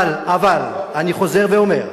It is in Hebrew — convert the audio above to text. אבל אני חוזר ואומר,